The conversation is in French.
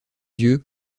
yeux